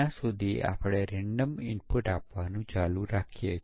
તો આપણે તે કેવી રીતે કરી શકીએ